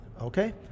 Okay